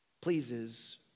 pleases